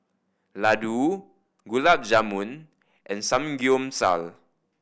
Ladoo Gulab Jamun and Samgeyopsal